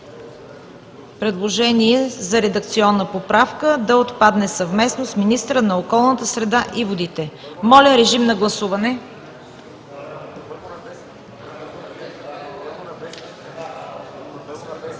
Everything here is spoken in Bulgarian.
Предложение за редакционна поправка: да отпадне „съвместно с министъра на околната среда и водите“. Моля, режим на гласуване.